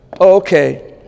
Okay